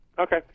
okay